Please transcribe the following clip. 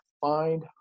find